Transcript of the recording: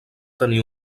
tenir